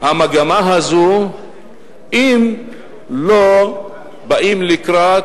המגמה הזאת אם לא באים לקראת,